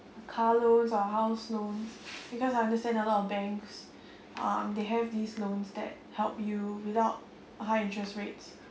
car loans or house loans because I understand a lot of banks um they have these loans that help you without high interest rates